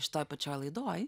šitoj pačioj laidoj